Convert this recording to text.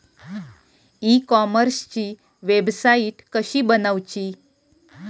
E कॉमर्सची website कशी बनवची?